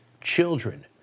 children